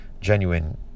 genuine